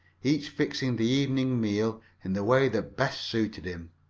each fixing the evening meal in the way that best suited him.